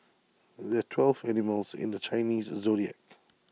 there are twelve animals in the Chinese Zodiac